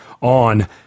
on